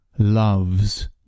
loves